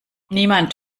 niemand